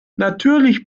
natürlich